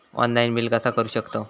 Online bill कसा करु शकतव?